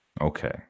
Okay